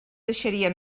deixaria